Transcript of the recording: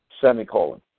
semicolon